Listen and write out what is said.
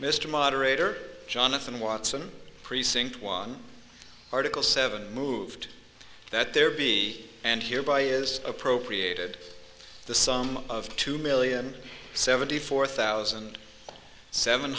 mr moderator jonathan watson precinct one article seven moved that there be and here by is appropriated the sum of two million seventy four thousand seven